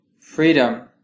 freedom